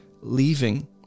leaving